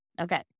Okay